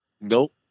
Nope